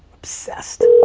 obsessed.